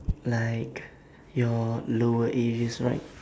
like your lower ages right